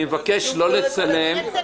אני מבקש לא לצלם.